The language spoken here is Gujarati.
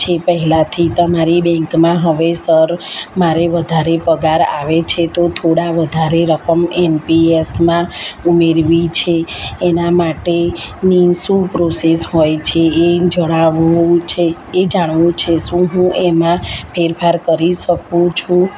છે પહેલાંથી જ તમારી બેંકમાં હવે સર મારે વધારે પગાર આવે છે તો થોડા વધારે રકમ એનપીએસમાં ઉમેરવી છે એના માટે ની શું પ્રોસેસ હોય છે એમ જણાવવું છે એ જાણવું છે શું હું એમાં ફેરફાર કરી શકું છું